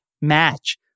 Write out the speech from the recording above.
match